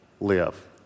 live